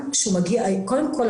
קודם כל,